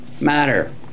matter